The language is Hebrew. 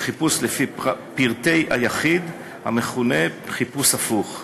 לחיפוש לפי פרטי היחיד המכונה "חיפוש הפוך".